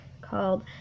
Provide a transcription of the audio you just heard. called